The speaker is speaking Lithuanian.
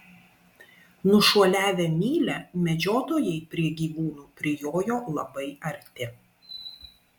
nušuoliavę mylią medžiotojai prie gyvūnų prijojo labai arti